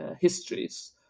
histories